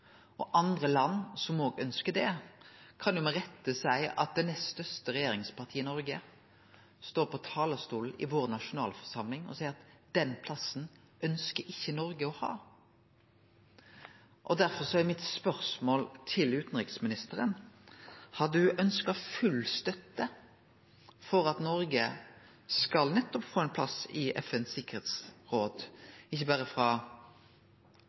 kan andre land, som òg ønskjer seg det, med rette seie at det nest største regjeringspartiet i Noreg står på talarstolen i vår nasjonalforsamling og seier at den plassen ønskjer ikkje Noreg å ha. Derfor er spørsmålet mitt til utanriksministeren: Hadde ho ønskt seg full støtte for at Noreg skal få ein plass i FNs